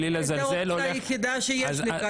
בלי לזלזל --- זו האופציה היחידה שיש לי כרגע.